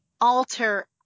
alter